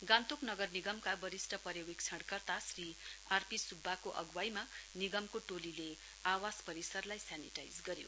गान्तोक नगर निगमका वरिष्ट पर्यवेक्षणकर्ता श्री आरपि सुब्बाको अगुवाइमा निगमको टोलीले आवास परिसरलाई सेनिटाइज गर्यो